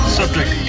subject